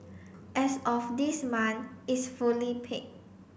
as of this month is fully paid